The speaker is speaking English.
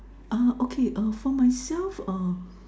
oh okay oh for myself uh